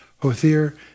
Hothir